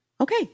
Okay